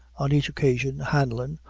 on each occasion, hanlon,